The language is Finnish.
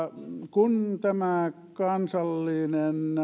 kun tämä kansallinen